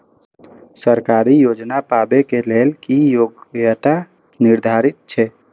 सरकारी योजना पाबे के लेल कि योग्यता निर्धारित छै?